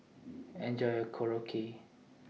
Enjoy your Korokke